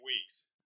weeks